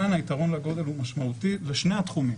כאן היתרון לגודל הוא משמעותי בשני התחומים.